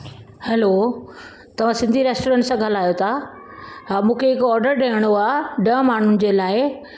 hello तव्हां Sindhi restaurant सां ॻाल्हायो था हा मूंखे हिकु ऑडर ॾियणो आहे ॾह माण्हुनि जे लाइ